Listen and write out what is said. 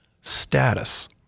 Status